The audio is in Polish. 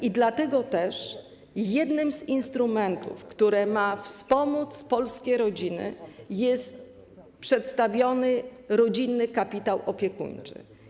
I dlatego też jednym z instrumentów, który ma wspomóc polskie rodziny, jest przedstawiony rodzinny kapitał opiekuńczy.